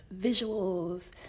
visuals